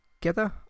together